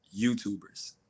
youtubers